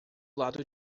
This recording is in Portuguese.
lado